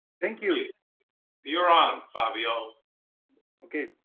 thank you you're on fabio okay,